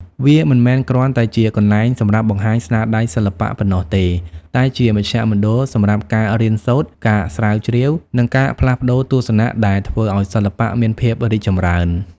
វាមិនមែនគ្រាន់តែជាកន្លែងសម្រាប់បង្ហាញស្នាដៃសិល្បៈប៉ុណ្ណោះទេ តែជាមជ្ឈមណ្ឌលសម្រាប់ការរៀនសូត្រ ការស្រាវជ្រាវ និងការផ្លាស់ប្ដូរទស្សនៈដែលធ្វើឱ្យសិល្បៈមានភាពរីកចម្រើន។